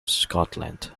scotland